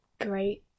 great